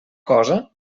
cosa